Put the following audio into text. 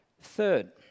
Third